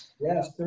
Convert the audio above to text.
Yes